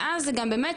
ואז, זה גם באמת,